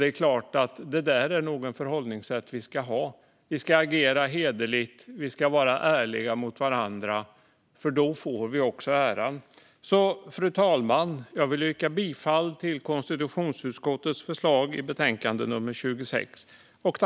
Detta är nog ett förhållningssätt som vi ska ha. Vi ska agera hederligt och vi ska vara ärliga mot varandra, för då får vi också äran. Fru talman! Jag vill yrka bifall till konstitutionsutskottets förslag i betänkandet.